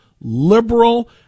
liberal